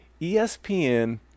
ESPN